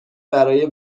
برای